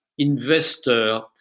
investor